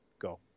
Go